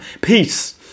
peace